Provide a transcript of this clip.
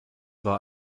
war